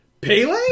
Pele